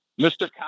Mr